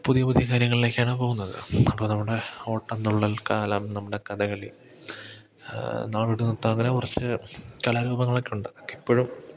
പുതിയ പുതിയ കാര്യങ്ങളിലേക്കാണ് പോകുന്നത് അപ്പം നമ്മുടെ ഓട്ടം തുള്ളൽ കാലം നമ്മുടെ കഥകളി നമ്മുടെ കുറച്ച് കലാരൂപങ്ങളൊക്കെ ഉണ്ട് ഇപ്പോഴും